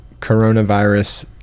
coronavirus